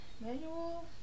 Manual